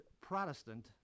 Protestant